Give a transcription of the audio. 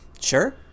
Sure